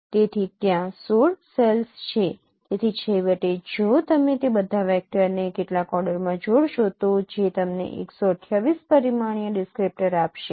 તેથી ત્યાં 16 સેલ્સ છે તેથી છેવટે જો તમે તે બધા વેક્ટરને કેટલાક ઓર્ડરમાં જોડશો તો જે તમને 128 પરિમાણીય ડિસ્ક્રિપ્ટર આપશે